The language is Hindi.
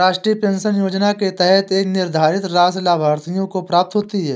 राष्ट्रीय पेंशन योजना के तहत एक निर्धारित राशि लाभार्थियों को प्राप्त होती है